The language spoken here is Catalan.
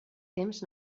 temps